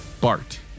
Bart